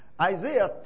Isaiah